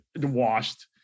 Washed